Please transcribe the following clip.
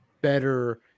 better